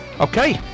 Okay